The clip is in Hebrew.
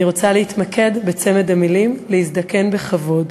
רוצה להתמקד בצמד המילים "להזדקן בכבוד",